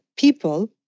people